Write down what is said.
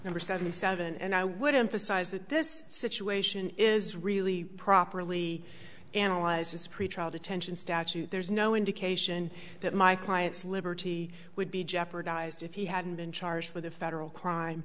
number seventy seven and i would emphasize that this situation is really properly analyze this pretrial detention statute there's no indication that my client's liberty would be jeopardized if he hadn't been charged with a federal crime